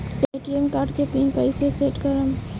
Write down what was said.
ATM card के pin कैसे set करम?